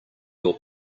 your